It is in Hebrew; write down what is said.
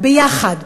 יחד,